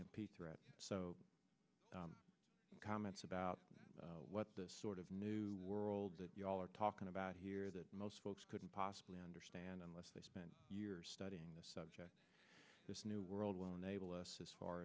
p thread so comments about what the sort of new world that you all are talking about here that most folks couldn't possibly understand unless they spent years studying the subject this new world will enable us as far